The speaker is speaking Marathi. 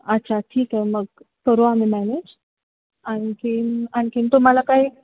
अच्छा ठीक आहे मग करू आम्ही मॅनेज आणखी आणखी तुम्हाला काही